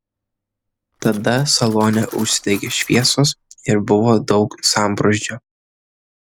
tada salone užsidegė šviesos ir buvo daug sambrūzdžio